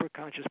superconscious